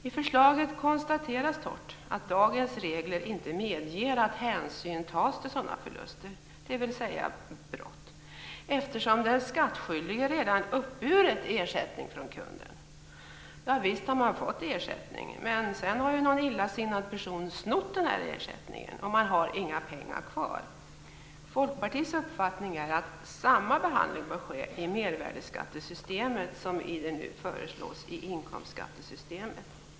I förslaget konstateras torrt att dagens regler inte medger att hänsyn tas till sådana förluster, dvs. brott, eftersom den skattskyldige redan har uppburit ersättning från kunden. Ja, visst har man fått ersättning. Men sedan har ju någon illasinnad person snott ersättningen, och man har inga pengar kvar. Folkpartiets uppfattning är att samma behandling bör ske i mervärdesskattesystemet som nu föreslås i inkomstskattesystemet.